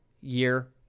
year